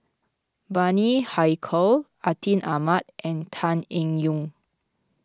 Bani Haykal Atin Amat and Tan Eng Yoon